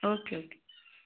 okay okay